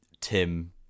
tim